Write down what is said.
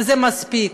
וזה מספיק.